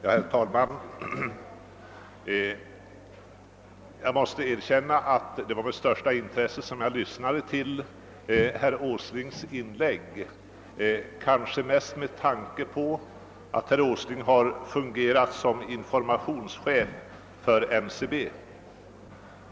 Herr talman! Jag måste erkänna att jag med största intresse lyssnade till herr Åslings inlägg, kanske mest med tanke på att herr Åsling har fungerat som informationschef hos NCB.